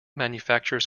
manufactures